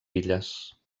illes